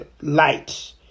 light